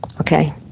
Okay